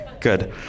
good